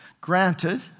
granted